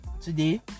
today